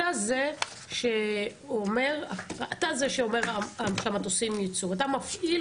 אתה זה שאומר שהמטוסים יצאו ואתה מפעיל